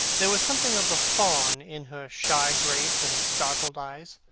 there was something of the fawn in her shy grace and startled eyes.